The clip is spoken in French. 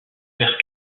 faire